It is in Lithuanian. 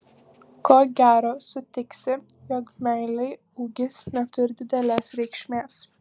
ko gero sutiksi jog meilei ūgis neturi didelės reikšmės